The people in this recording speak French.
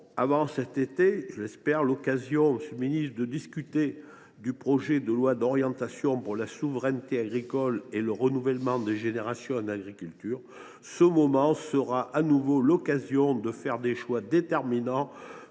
avant cet été – je l’espère, monsieur le ministre –, du projet de loi d’orientation pour la souveraineté agricole et le renouvellement des générations en agriculture. Ce texte sera une nouvelle occasion de faire des choix déterminants